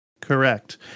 correct